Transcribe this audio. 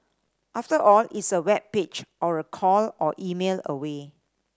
after all it's a web page or a call or email away